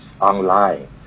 online